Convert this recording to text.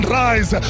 rise